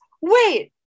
wait